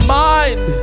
mind